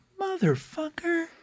motherfucker